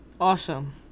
Awesome